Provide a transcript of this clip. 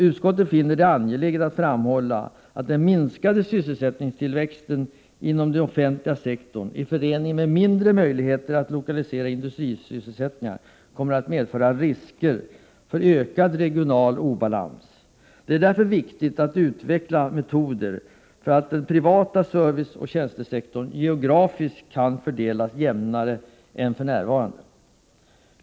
Utskottet finner det också angeläget att framhålla att den minskade sysselsättningstillväxten inom den offentliga sektorn, i förening med mindre möjligheter att lokalisera industrisysselsättningen, kommer att medföra risker för ökad regional obalans. Det är därför viktigt att utveckla metoder, så att den privata serviceoch tjänstesektorn geografiskt kan fördelas jämnare än för närvarande.